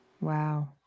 Wow